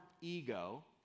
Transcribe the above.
ego